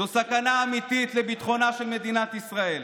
זו סכנה אמיתית לביטחונה של מדינת ישראל.